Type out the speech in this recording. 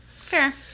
fair